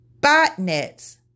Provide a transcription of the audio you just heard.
Botnets